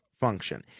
function